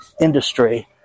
Industry